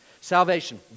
Salvation